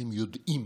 אתם יודעים